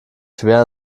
schwer